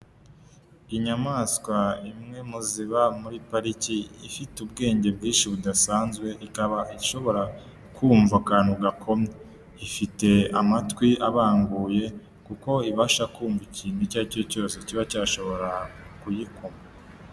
Inyamaswa imwe mu ziba muri Pariki ifite ubwenge bwinshi budasanzwe, ikaba ishobora kumva akantu gakomye. Ifite amatwi abanguye kuko ibasha kumva ikintu icyo ari cyo cyose kiba cyashobora kuyikoma.